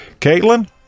Caitlin